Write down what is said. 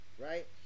right